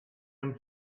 him